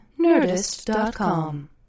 Nerdist.com